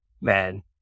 man